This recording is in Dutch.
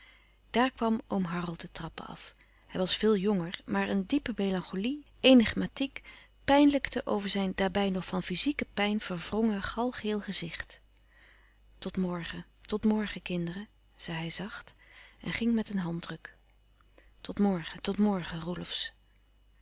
daar kwam oom harold de trappen af hij was veel jonger maar een diepe melancholie enigmatiek pijnlijkte over zijn daarbij nog van fyzieke pijn verwrongen galgeel gezicht tot morgen tot morgen kinderen zei hij zacht en ging met een handdruk tot morgen tot morgen